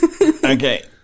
Okay